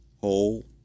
whole